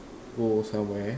go somewhere